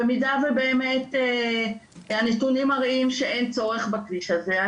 במידה ובאמת הנתונים מראים שאין צורך בכביש הזה,